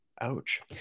ouch